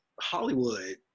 Hollywood